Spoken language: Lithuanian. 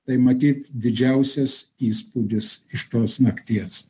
tai matyt didžiausias įspūdis iš tos nakties